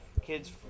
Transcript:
kids